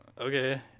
okay